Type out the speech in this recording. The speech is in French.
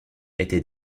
était